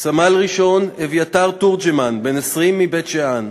סמל-ראשון אביתר תורג'מן, בן 20, מבית-שאן,